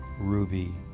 Ruby